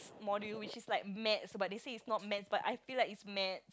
module which is like maths but they say it's not maths but I feel like it's maths